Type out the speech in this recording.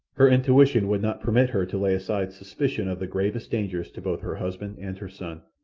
her intuition would not permit her to lay aside suspicion of the gravest dangers to both her husband and her son.